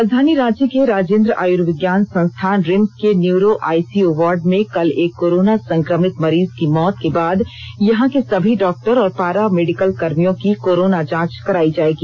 राजधानी रांची के राजेंद्र आर्युविज्ञान संस्थान रिम्स के न्यूरो आईसीयू वार्ड में कल एक कोरोना संक्रमित मरीज की मौत के बाद यहां के सभी डॉक्टर और पारा मेडिकल कर्मियों की कोरोना जांच कराई जाएगी